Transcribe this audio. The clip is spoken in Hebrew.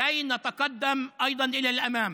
כדי שגם היא תקדם את זה.